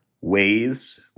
ways